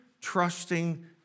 trusting